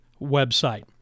website